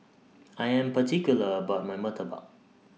I Am particular about My Murtabak